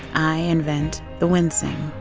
i invent the wincing,